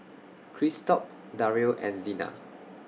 Christop Dario and Xena